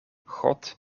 god